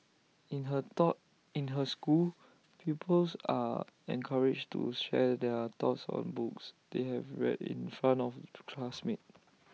in her thought in her school pupils are encouraged to share their thoughts on books they have read in front of classmates